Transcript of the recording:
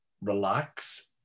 relax